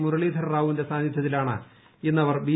മുരളീധര റാവുവിന്റെ സാന്നിധ്യത്തിലാണ് ഇന്ന് അവർ ബി